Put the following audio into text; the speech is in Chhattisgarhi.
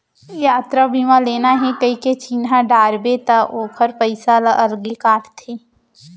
यातरा बीमा लेना हे कइके चिन्हा डारबे त ओकर पइसा ल अलगे काटथे